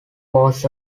was